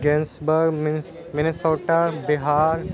gas ਬਾ ਮੈ ਮੈਨੇ ਸੋਟਾ ਬਿਹਾਰ